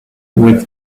with